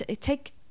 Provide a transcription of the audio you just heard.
take